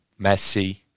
Messi